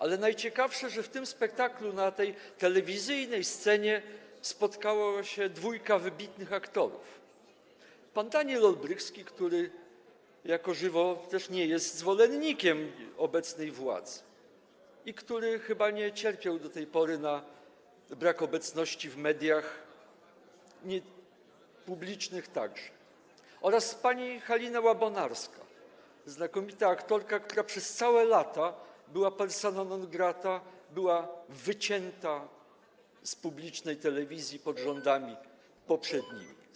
Ale najciekawsze, że w tym spektaklu na tej telewizyjnej scenie spotkała się dwójka wybitnych aktorów: pan Daniel Olbrychski, który jako żywo też nie jest zwolennikiem obecnej władzy i który chyba nie cierpiał do tej pory na brak obecności w mediach, publicznych także, oraz pani Halina Łabonarska, znakomita aktorka, która przez całe lata była persona non grata, była wycięta z publicznej telewizji pod rządami poprzedników.